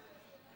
חברים וחברות,